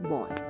Boy